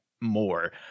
more